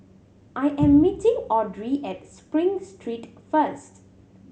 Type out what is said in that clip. I am meeting Audrey at Spring Street first